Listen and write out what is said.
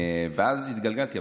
ואז התגלגלתי.